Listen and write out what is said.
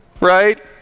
right